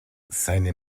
seine